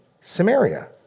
Samaria